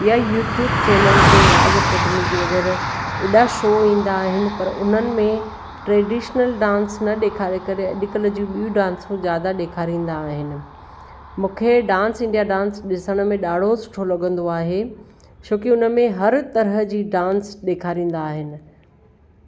या YouTube channel ते Raj academic वग़ैरह एॾा शो ईंदा आहिनि पर उन्हनि में ट्रेडिशनल डांस न ॾेखारे करे अॼुकल्ह जूं ॿियूं डांसियूं ज़्यादा ॾेखारींदा आहिनि मूंखे डांस इंडिया डांस ॾिसण में ॾाढो सुठो लॻंदो आहे छोकी हुन में हर तरह जी डांस ॾेखारींदा आहिनि